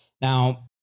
Now